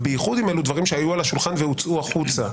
ובייחוד אם אלו דברים שהיו על השולחן והוצאו החוצה.